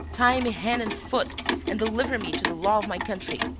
tie me hand and foot and deliver me to the law of my country.